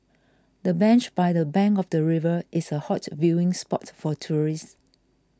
the bench by the bank of the river is a hot viewing spot for tourists